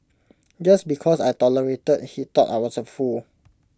just because I tolerated he thought I was A fool